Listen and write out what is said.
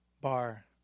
bar